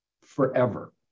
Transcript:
forever